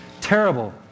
terrible